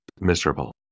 miserable